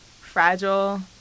fragile